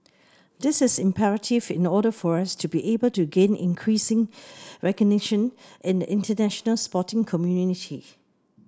this is imperative in order for us to be able to gain increasing recognition in the international sporting community